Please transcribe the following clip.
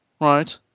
right